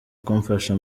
kumfasha